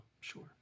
Sure